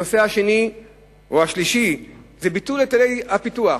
הנושא השני או השלישי זה ביטול היטלי הפיתוח.